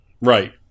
Right